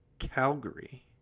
Calgary